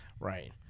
Right